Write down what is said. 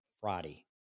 Friday